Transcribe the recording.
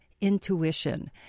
intuition